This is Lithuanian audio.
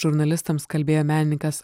žurnalistams kalbėjo menininkas